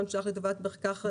מיליון שקלים לטובת מחקר,